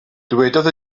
dywedodd